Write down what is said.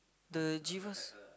the Giva's